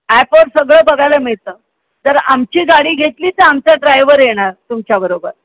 ॲपवर सगळं बघायला मिळतं जर आमची गाडी घेतली तर आमचा ड्रायवर येणार तुमच्याबरोबर